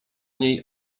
niej